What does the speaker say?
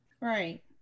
Right